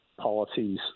policies